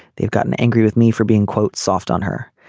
they've gotten angry with me for being quote soft on her.